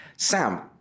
Sam